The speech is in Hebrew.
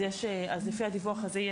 אז לפי הדיווח הזה,